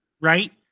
right